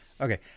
okay